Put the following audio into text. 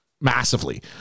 massively